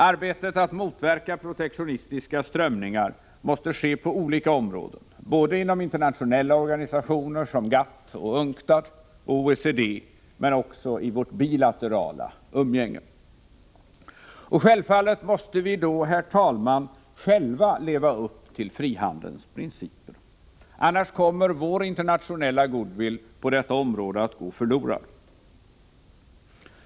Arbetet att motverka protektionistiska strömningar måste ske på olika områden, både inom internationella organisationer som GATT, UNCTAD och OECD men också i vårt bilaterala umgänge. Självfallet måste vi då, herr talman, själva leva upp till frihandelns principer. Annars kommer vår internationella goodwill på detta område att gå förlorad.